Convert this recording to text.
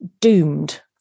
doomed